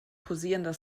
posierender